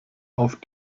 auf